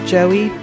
Joey